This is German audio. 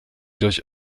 durch